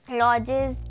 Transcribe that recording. lodges